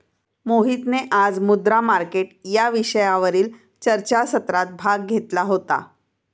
मोहितने आज मुद्रा मार्केट या विषयावरील चर्चासत्रात भाग घेतला होता